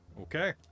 Okay